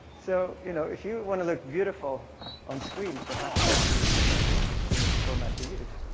so you know if you want to look beautiful on screen, perhaps webp is the image format to use.